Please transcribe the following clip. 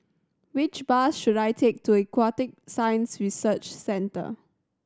which bus should I take to Aquatic Science Research Centre